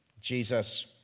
Jesus